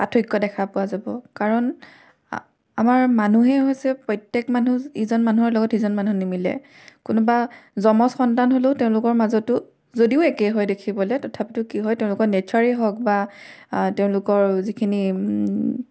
পাৰ্থক্য দেখা পোৱা যাব কাৰণ আমাৰ মানুহেই হৈছে প্ৰত্যেক মানুহ ইজন মানুহৰ লগত সিজন মানুহ নিমিলে কোনোবা যমজ সন্তান হ'লেও তেওঁলোকৰ মাজতো যদিও একে হয় দেখিবলৈ তথাপিতো কি হয় তেওঁলোকৰ নেচাৰেই হওক বা তেওঁলোকৰ যিখিনি